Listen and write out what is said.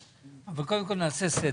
אבל קודם כל נעשה סדר.